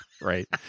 right